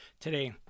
today